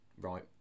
Right